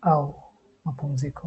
au mapumziko.